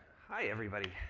hi, everybody.